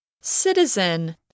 citizen